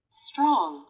strong